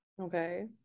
Okay